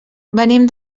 venim